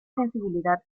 sensibilidad